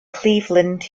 cleveland